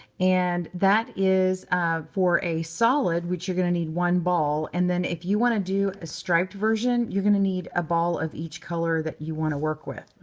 and that is for a solid, which you're going to need one ball. and then if you want to do a striped version, you're going to need a ball of each color that you want to work with.